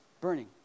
burning